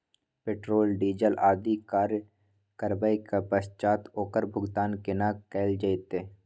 Petrol, diesel आदि क्रय करबैक पश्चात ओकर भुगतान केना कैल जेतै?